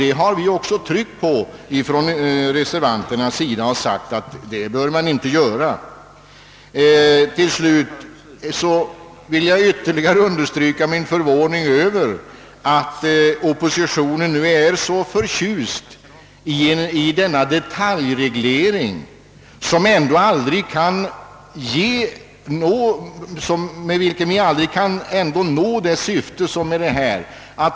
Det har vi också från reservanternas sida trott och sagt att man inte bör göra. Till slut vill jag ytterligare understryka min förvåning över att oppositionen nu är så förtjust i denna detaljreglering med vilken vi ändå aldrig kan nå det syfte som avses.